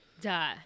duh